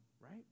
right